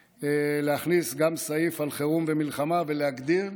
להכניס גם סעיף על חירום ומלחמה ולהגדיר,